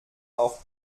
auch